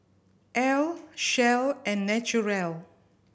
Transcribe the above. Elle Shell and Naturel